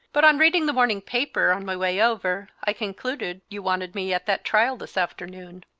but on reading the morning paper, on my way over, i concluded you wanted me at that trial this afternoon.